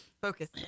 focus